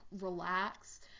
relax